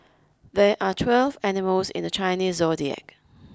there are twelve animals in the Chinese zodiac